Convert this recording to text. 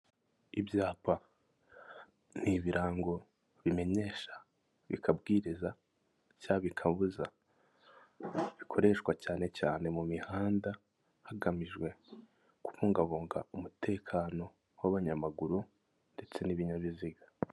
Ibyapa ni ibirango bimenyesha, bikabwiriza, cya bikabuza. Bikoreshwa cyane cyane mu mihanda hagamijwe kubungabunga umutekano w'abanyamaguru ndetse n'ibinyabiziga.